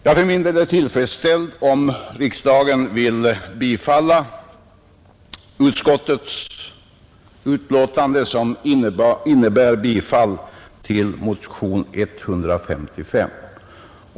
Jag för min del är tillfredsställd om riksdagen vill bifalla utskottets förslag, som innebär bifall till motionen 155.